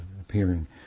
appearing